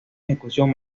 ejecución